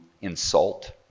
insult